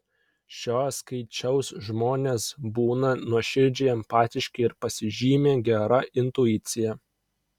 šio skaičiaus žmonės būna nuoširdžiai empatiški ir pasižymi gera intuicija